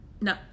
No